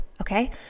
okay